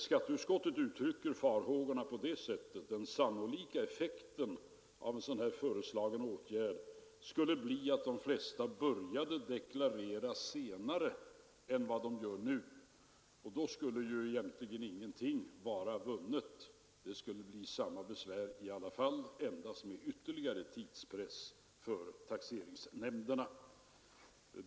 Skatteutskottet uttrycker farhågorna på detta sätt: Den sannolika effekten av en sådan här föreslagen åtgärd skulle bli att de flesta började deklarera senare än vad de gör nu. Och då skulle ju egentligen ingenting vara vunnet. Det skulle bli samma besvär i alla fall, endast med ytterligare tidspress för taxeringsnämnden.